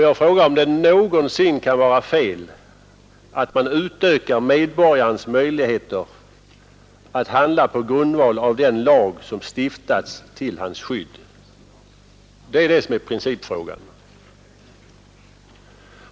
Jag frågar om det någonsin kan vara fel att man utökar medborgarens möjligheter att handla på grundval av den lag som stiftats till hans skydd. Det är det som är principfrågan.